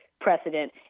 precedent